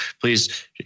please